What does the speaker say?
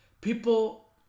People